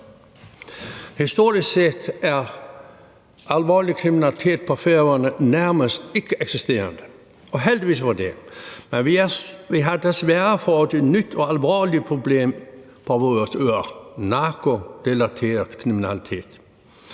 Historisk set er alvorlig kriminalitet på Færøerne nærmest ikkeeksisterende, heldigvis for det. Men vi har desværre fået et nyt og alvorligt problem på vores øer: narkorelateret kriminalitet.